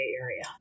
Area